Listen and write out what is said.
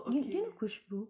do do you know khushbu